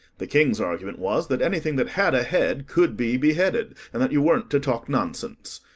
the king's argument was, that anything that had a head could be beheaded, and that you weren't to talk nonsense.